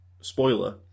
spoiler